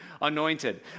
anointed